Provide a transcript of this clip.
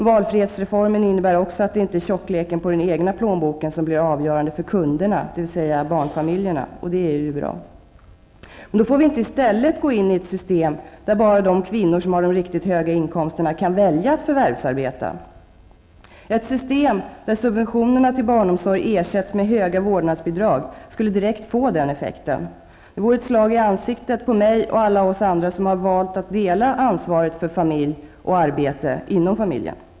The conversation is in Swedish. Valfrihetsreformen innebär också att det inte är tjockleken på den egna plånboken som blir avgörande för kunderna, dvs. barnfamiljerna -- och det är bra. Men vi får inte i stället gå in i ett system där bara de kvinnor som har de riktigt höga inkomsterna kan välja att förvärsarbeta. Ett system där subventionerna till barnomsorg ersätts med höga vårdnadsbidrag skulle direkt få den effekten. Det vore ett slag i ansiktet på mig och alla andra som har valt att dela ansvaret för familj och arbete inom familjen.